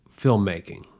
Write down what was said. filmmaking